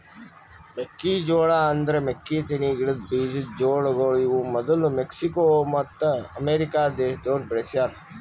ಮೆಕ್ಕಿ ಜೋಳ ಅಂದುರ್ ಮೆಕ್ಕಿತೆನಿ ಗಿಡದ್ ಬೀಜದ್ ಜೋಳಗೊಳ್ ಇವು ಮದುಲ್ ಮೆಕ್ಸಿಕೋ ಮತ್ತ ಅಮೇರಿಕ ದೇಶದೋರ್ ಬೆಳಿಸ್ಯಾ ರ